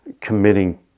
committing